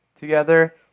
Together